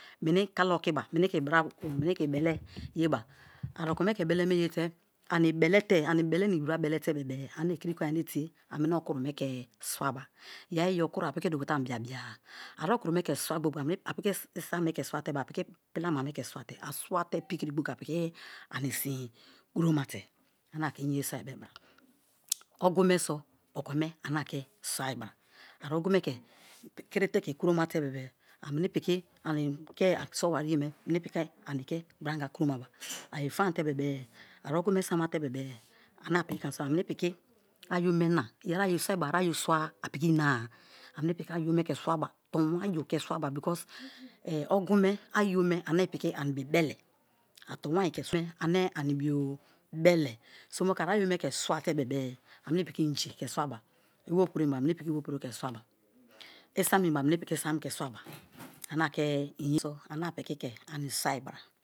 Meni kala okiba meni ke ibra meni ke ibele yeba, a okome ke beleme yete ani belete-e ani belema-ibi bra bele-tee ane kiri konye ane tie a meni okuru me ke swaba yeri i okuru a piki dukute ani bia-bia-a a okuru me ke swa gbori gbori a piki isam me ke swate, a piki pilama me ke swate, a swate pikiri gbokiri a ani sin kuromate ane ake inye soi bo bra. Ogu me so okome ana ke soi bra a ogu me ke kirite ke kuro mate bebe-e a meni piki ani ke sowariye me meni piki ani ke gbori-anga kuromaba. aye famate bebe-e a ogu me samate bebe-e ane a piki ke ane soi bra, ame ni piki ayo me na, yeri ayo soi be-e a ayo swa-a a piki ena-a a meni piki ayo me ke swaba tonwain ayo ke swaba because ogu me ayo ane piki ani bio bele a tonwain ke swa ane ani bio bele, so moku a ayo me ke swate bebe-e a meni piki inji ke swaba, iwo opuro emi bebe-e ameni piki iwo opuro ke swaba isam emi be-e a meni piki isam ke swaba ane apiki ke ani soi bra.